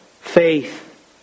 faith